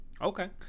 Okay